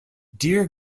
dear